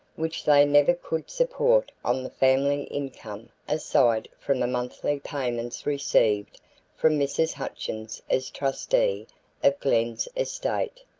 which they never could support on the family income aside from the monthly payments received from mrs. hutchins as trustee of glen's estate.